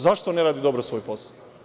Zašto ne radi dobro svoj posao?